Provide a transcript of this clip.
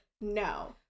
no